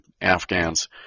Afghans